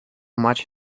much